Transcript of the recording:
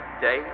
day